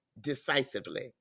decisively